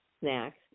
Snacks